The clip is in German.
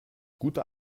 guter